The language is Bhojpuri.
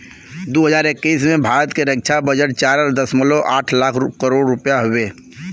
दू हज़ार इक्कीस में भारत के रक्छा बजट चार दशमलव आठ लाख करोड़ रुपिया हउवे